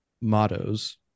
mottos